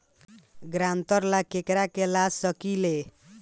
ग्रांतर ला केकरा के ला सकी ले?